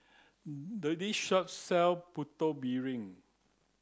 the this shop sell putu piring